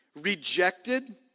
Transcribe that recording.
rejected